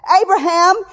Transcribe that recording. Abraham